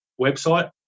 website